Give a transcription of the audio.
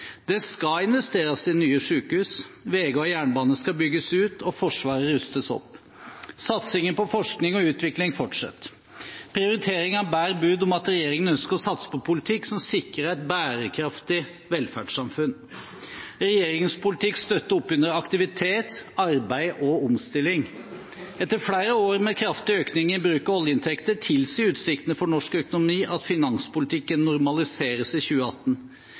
Det skal investeres i nye sykehus, veier og jernbane skal bygges ut og Forsvaret rustes opp. Satsingen på forskning og utvikling fortsetter. Prioriteringene bærer bud om at regjeringen ønsker å satse på en politikk som sikrer et bærekraftig velferdssamfunn. Regjeringens politikk støtter opp under aktivitet, arbeid og omstilling. Etter flere år med kraftig økning i bruken av oljeinntekter tilsier utsiktene for norsk økonomi at finanspolitikken normaliseres i 2018.